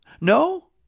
No